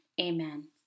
amen